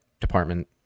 department